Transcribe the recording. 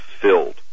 filled